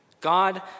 God